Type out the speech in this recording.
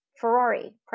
Ferrari